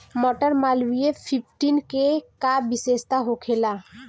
मटर मालवीय फिफ्टीन के का विशेषता होखेला?